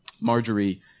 Marjorie